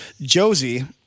Josie